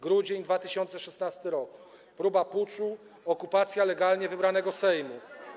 Grudzień 2016 r.: Próba puczu, okupacja legalnie wybranego Sejmu.